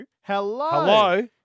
Hello